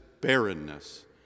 barrenness